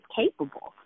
capable